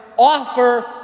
offer